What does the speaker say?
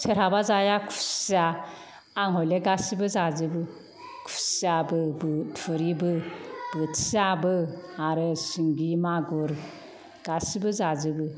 सोरहाबा जाया खुसिया आं हले गासिबो जाजोबो खुसियाबोबो थुरिबो बोथियाबो आरो सिंगि मागुर गासिबो जाजोबो